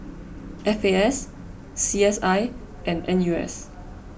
F A S C S I and N U S